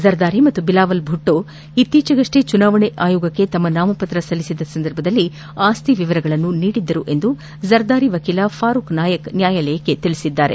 ಜರ್ದಾರಿ ಮತ್ತು ಬಿಲಾವಲ್ ಭುಟ್ಟೋ ಇತ್ತೀಚೆಗಷ್ಟೇ ಚುನಾವಣಾ ಆಯೋಗಕ್ಕೆ ತಮ್ನ ನಾಮಪತ್ರ ಸಲ್ಲಿಸಿದ್ದ ಸಂದರ್ಭದಲ್ಲಿ ಆಸ್ತಿ ವಿವರಗಳನ್ನು ನೀಡಿದ್ದರು ಎಂದು ಜರ್ದಾರಿ ವಕೀಲ ಫರೂಕ್ ನಾಯಕ್ ನ್ಲಾಯಾಲಯಕ್ಕೆ ತಿಳಿಸಿದ್ದಾರೆ